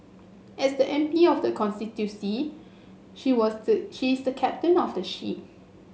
as the M P of the constituency she was the she is the captain of the ship